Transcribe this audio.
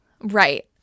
right